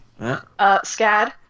Scad